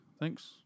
Thanks